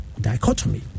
dichotomy